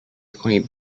کنید